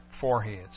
foreheads